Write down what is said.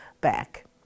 back